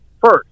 first